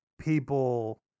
people